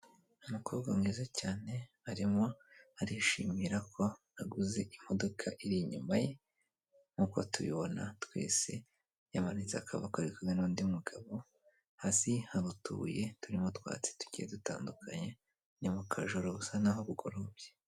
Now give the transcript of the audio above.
Umukobwa mwiza cyane arimo arishimira ko yaguze imodoka iri inyuma ye nkuko tubibona twese, yamanitse akaboko ari kumwe n'undi mugabo. Hasi hari utubuye turi mu twatsi tugiye dutandukanye, ni mu kajoro busa naho bugorobye.